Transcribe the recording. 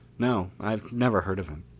no, i never heard of him.